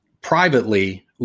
privately